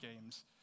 Games